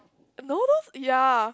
no no ya